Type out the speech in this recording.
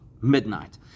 midnight